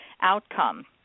outcome